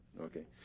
okay